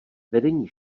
vedení